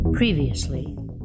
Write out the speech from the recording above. Previously